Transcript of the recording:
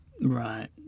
Right